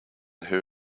who